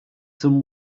some